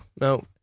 no